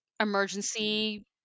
emergency